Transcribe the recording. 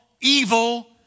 evil